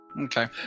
Okay